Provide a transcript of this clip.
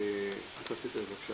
רצית לשאול?